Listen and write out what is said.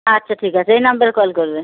আচ্ছা ঠিক আছে এই নম্বরে কল করবে